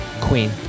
Queen